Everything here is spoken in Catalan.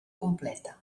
completa